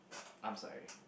I'm sorry